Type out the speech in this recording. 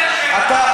אתה,